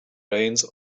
reins